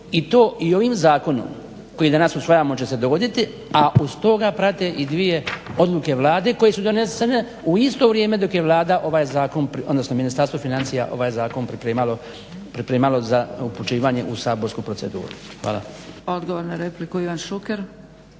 i to i ovim zakonom koji danas usvajamo će se dogoditi, a uz to ga prate i dvije odluke Vlade koje su donesene u isto vrijeme dok je Vlada ovaj zakon, odnosno Ministarstvo financija ovaj zakon pripremalo za upućivanje u saborsku proceduru. Hvala. **Zgrebec, Dragica